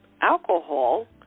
Alcohol